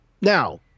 Now